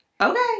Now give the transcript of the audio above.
Okay